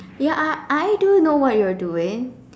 ya I I do know what you're doing